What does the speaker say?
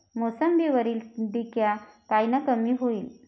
मोसंबीवरील डिक्या कायनं कमी होईल?